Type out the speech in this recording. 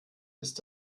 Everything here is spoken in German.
ist